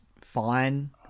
fine